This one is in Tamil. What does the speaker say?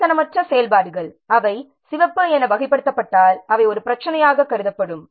விமர்சனமற்ற செயல்பாடுகள் அவை சிவப்பு என வகைப்படுத்தப்பட்டால் அவை ஒரு பிரச்சினையாக கருதப்படும்